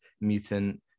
mutant